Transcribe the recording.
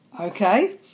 Okay